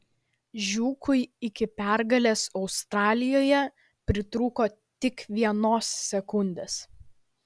žiūkui iki pergalės australijoje pritrūko tik vienos sekundės